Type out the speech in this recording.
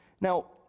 Now